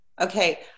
Okay